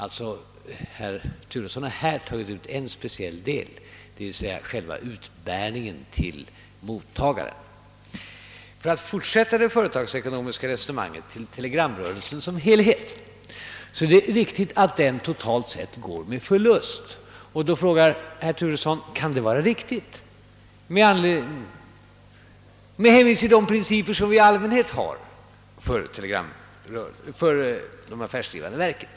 Herr Turesson tog alltså bara upp en speciell del, d.v.s. kostnaden för utbärningen till mottagaren. För att förlägga det företagsekonomiska resonemanget till telegramrörelsen som helhet är det riktigt att den totalt sett går med förlust. Herr Turesson fråga om detta kan vara riktigt med hänvisning till de principer vi i allmänhet har för de affärsdrivande verken.